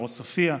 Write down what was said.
בעוספיא.